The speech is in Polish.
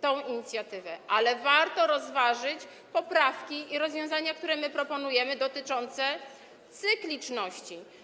tę inicjatywę, ale warto rozważyć, poprawki i rozwiązania, które proponujemy, dotyczące cykliczności.